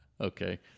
Okay